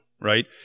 right